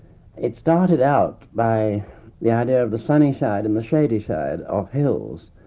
it started out by the idea of the sunny side and the shady side of hills.